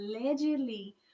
allegedly